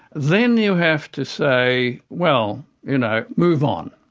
then you have to say, well, you know, move on,